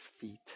feet